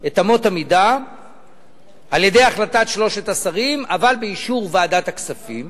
את אמות המידה על-ידי החלטת שלושת השרים אבל באישור ועדת הכספים.